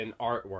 artwork